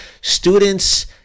students